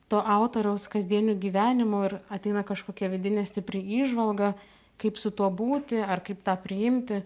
to autoriaus kasdieniu gyvenimu ir ateina kažkokia vidinė stipri įžvalga kaip su tuo būti ar kaip tą priimti